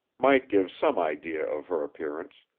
might give some idea of her appearance,